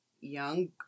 young